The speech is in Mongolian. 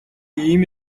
ийм